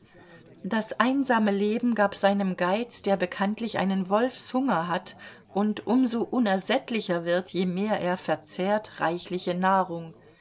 das einsame leben gab seinem geiz der bekanntlich einen wolfshunger hat und um so unersättlicher wird je mehr er verzehrt reichliche nahrung